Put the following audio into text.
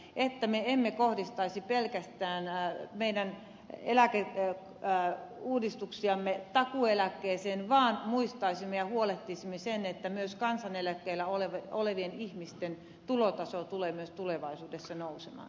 toivon että me emme kohdistaisi meidän eläkeuudistuksiamme pelkästään takuueläkkeeseen vaan muistaisimme tämän ja huolehtisimme siitä että myös kansaneläkkeellä olevien ihmisten tulotaso tulee myös tulevaisuudessa nousemaan